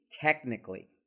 Technically